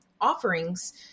offerings